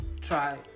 Try